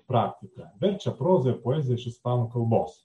praktika verčia prozą ir poeziją iš ispanų kalbos